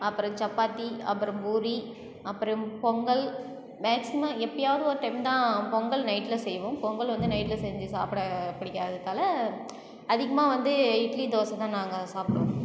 அப்புறம் சப்பாத்தி அப்புறம் பூரி அப்புறம் பொங்கல் மேக்ஸிமம் எப்போயாவது ஒரு டைம் தான் பொங்கல் நைட்டில் செய்வோம் பொங்கல் வந்து நைட்டில் செஞ்சு சாப்பிட பிடிக்காததால் அதிகமாக வந்து இட்லி தோசை தான் நாங்கள் சாப்பிடுவோம்